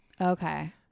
Okay